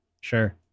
Sure